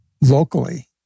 locally